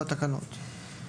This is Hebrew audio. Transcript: בתקנות.